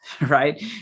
Right